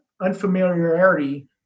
unfamiliarity